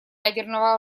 ядерного